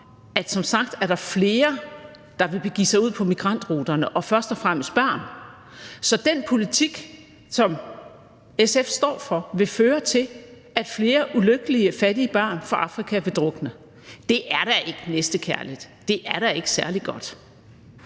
der som sagt er flere, der vil begive sig ud på migrationsruterne – og først og fremmest børn. Så den politik, som SF står for, vil føre til, at flere ulykkelige fattige børn fra Afrika vil drukne. Det er da ikke næstekærligt. Det er da ikke særlig godt.